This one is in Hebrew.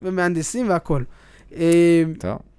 ומהנדסים והכל. אה... טוב.